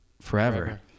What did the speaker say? Forever